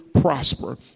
prosper